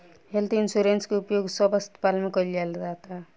health insurance के उपयोग सब अस्पताल में कईल जाता